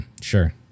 sure